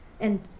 And